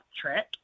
track